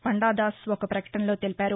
పండాదాస్ ఒక ప్రకటనలో తెలిపారు